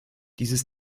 dieses